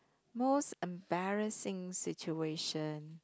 most embarrassing situation